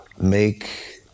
make